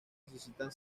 necesitan